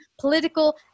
political